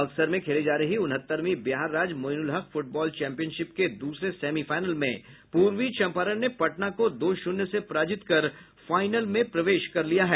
बक्सर में खेली जा रही उनहत्तरवीं बिहार राज्य मोइनुलहक फुटबॉल चैंपियनशिप के दूसरे सेमीफाइनल में पूर्वी चम्पारण ने पटना को दो शून्य से पराजित कर फाइनल में प्रवेश कर लिया है